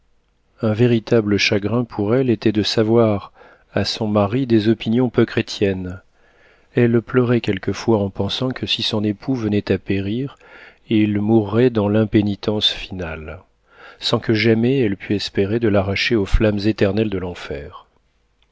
un véritable chagrin pour elle était de savoir à son mari des opinions peu chrétiennes elle pleurait quelquefois en pensant que si son époux venait à périr il mourrait dans l'impénitence finale sans que jamais elle pût espérer de l'arracher aux flammes éternelles de l'enfer